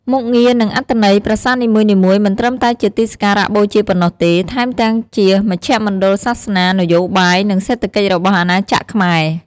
មុខងារ និងអត្ថន័យ ប្រាសាទនីមួយៗមិនត្រឹមតែជាទីសក្ការៈបូជាប៉ុណ្ណោះទេ ថែមទាំងជាមជ្ឈមណ្ឌលសាសនា នយោបាយ និងសេដ្ឋកិច្ចរបស់អាណាចក្រខ្មែរ។